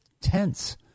tense